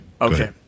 Okay